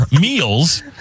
meals